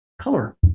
color